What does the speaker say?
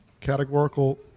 categorical